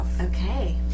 Okay